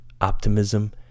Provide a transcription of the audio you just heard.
optimism